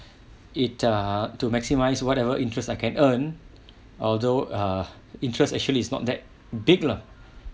it err to maximise whatever interest I can earn although err interest actually is not that big lah